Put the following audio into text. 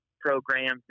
programs